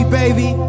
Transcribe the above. baby